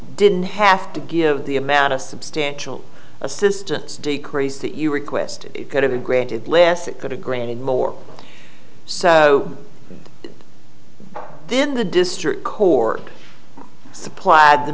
didn't have to give the amount of substantial assistance decrease that you requested could have been granted less it could have granted more so then the district court supply had the